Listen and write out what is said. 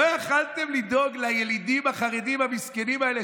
לא יכולתם לדאוג לילידים החרדים המסכנים האלה,